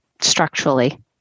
structurally